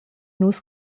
nus